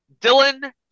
Dylan